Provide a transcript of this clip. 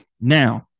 now